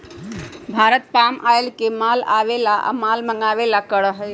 Bharat palm oil के माल आवे ला या माल मंगावे ला करा हई